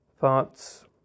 thoughts